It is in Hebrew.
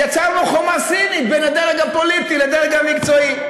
יצרנו חומה סינית בין הדרג הפוליטי לדרג המקצועי.